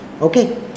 Okay